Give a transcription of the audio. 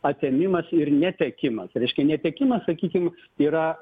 atėmimas ir netekimas reiškia netekimas sakykim yra